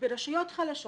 ברשויות חלשות